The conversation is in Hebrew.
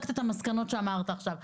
המסקנות שאמרת עכשיו?